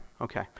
Okay